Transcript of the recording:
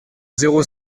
zéro